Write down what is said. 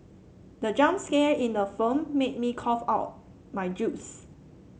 the jump scare in the film made me cough out my juice